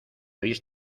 oís